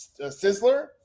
Sizzler